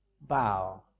Bow